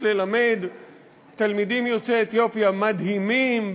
ללמד תלמידים יוצאי אתיופיה מדהימים,